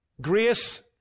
Grace